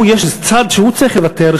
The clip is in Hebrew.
יש צד שהוא צריך לוותר,